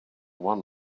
one